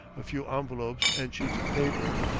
a few envelopes and sheets of paper,